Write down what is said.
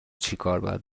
چیکار